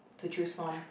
to choose from